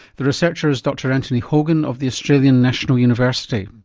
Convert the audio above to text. the researcher is dr anthony hogan of the australian national university.